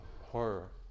horror